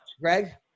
Greg